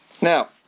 Now